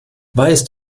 weißt